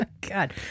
God